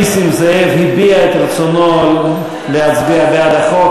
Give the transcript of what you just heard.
חבר הכנסת נסים זאב הביע את רצונו להצביע בעד החוק,